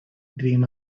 dream